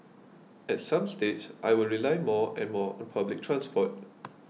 at some stage I will rely more and more on public transport